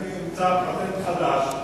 אני אמצא פטנט חדש,